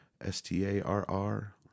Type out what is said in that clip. s-t-a-r-r